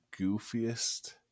goofiest